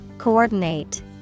Coordinate